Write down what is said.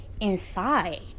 inside